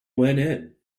went